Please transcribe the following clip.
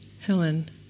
Helen